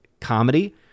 comedy